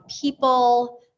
people